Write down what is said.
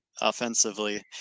offensively